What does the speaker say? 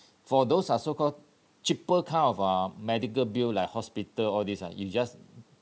for those uh so called cheaper kind of uh medical bill like hospital all these ah you just